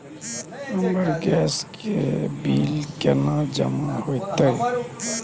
हमर गैस के बिल केना जमा होते?